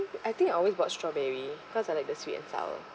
I think I always got strawberry cause I like the sweet and sour